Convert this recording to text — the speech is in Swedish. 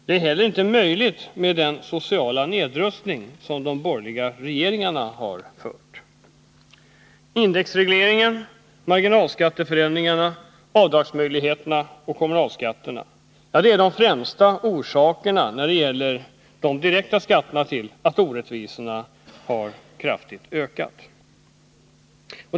Det är heller inte möjligt med den sociala nedrustning som de borgerliga regeringarna har stått för. Indexregleringen, marginalskatteförändringarna, avdragsmöjligheterna och kommunalskatterna är de främsta orsakerna, när det gäller de direkta skatterna, till att orättvisorna har ökat kraftigt.